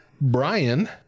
Brian